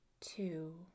two